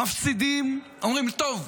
מפסידים, אומרים: טוב,